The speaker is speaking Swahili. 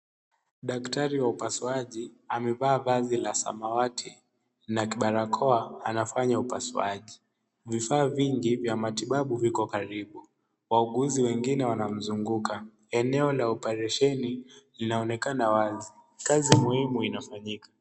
Daktari wa upasuaji amevaa vazi la samawati na barakoa anafanya upasuaji . Vifaa vingi vya matibabu viko karibu. Wauguzi wengine wanamzunguka. Eneo la oparesheni linaonekana wazi. Kazi muhimu inafanyika.